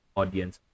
audience